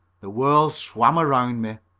the world swam around me.